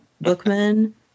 Bookman